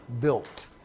built